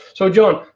so john,